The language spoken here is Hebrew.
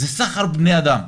זה סחר בבני אדם.